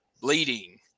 bleeding